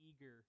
eager